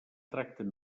tracten